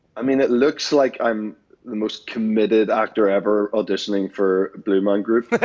i mean, it looks like i'm the most committed actor ever auditioning for blue man group.